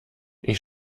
ich